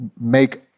make